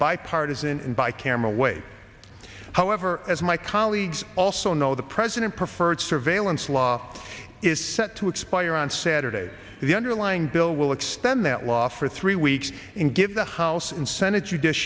bipartisan buy camera way however as my colleagues also know the president preferred surveillance law is set to expire on saturday the underlying bill will extend that law for three weeks and give the house and senate